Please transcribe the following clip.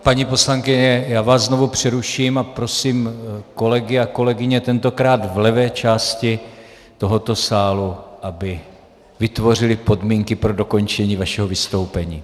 Paní poslankyně, já vás znovu přeruším a prosím kolegy a kolegyně, tentokrát v levé části tohoto sálu, aby vytvořili podmínky pro dokončení vašeho vystoupení.